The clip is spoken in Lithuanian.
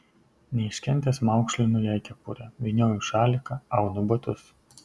neiškentęs maukšlinu jai kepurę vynioju šaliką aunu batus